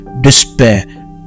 despair